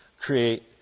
create